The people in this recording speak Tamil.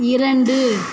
இரண்டு